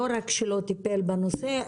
לא רק שלא טיפל בנושא,